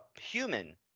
human